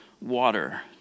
water